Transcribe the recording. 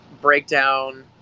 breakdown